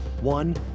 one